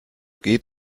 geht